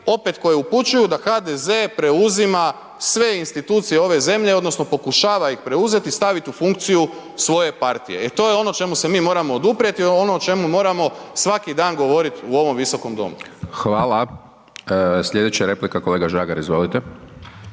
opet koje upućuju da HDZ preuzima sve institucije ove zemlje odnosno pokušava ih preuzeti i staviti u funkciju svoje partije i to je ono čemu se mi moramo oduprijeti, to je ono o če2mu moramo svaki dan govorit u ovom Visokom domu. **Hajdaš Dončić, Siniša (SDP)** Hvala. Slijedeća replika kolega Žagar, izvolite.